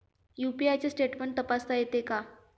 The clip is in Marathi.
यु.पी.आय चे स्टेटमेंट तपासता येते का?